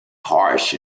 harsh